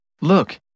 Look